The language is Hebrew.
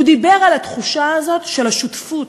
הוא דיבר על התחושה הזאת של השותפות.